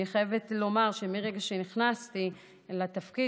אני חייבת לומר שמרגע שנכנסתי לתפקיד